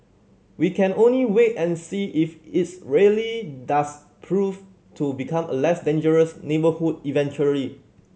we can only wait and see if its really does prove to become a less dangerous neighbourhood eventually